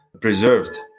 preserved